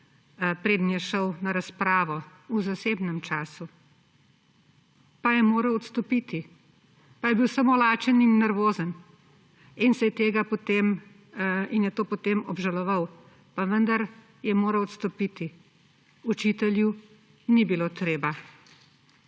preden je šel na razpravo, v zasebnem času, pa je moral odstopiti. Pa je bil samo lačen in nervozen in je to potem obžaloval, pa vendar je moral odstopiti. Učitelju ni bilo treba.